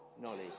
knowledge